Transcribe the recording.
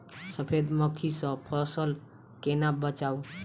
सफेद मक्खी सँ फसल केना बचाऊ?